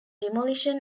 demolition